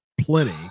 plenty